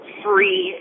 free